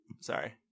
Sorry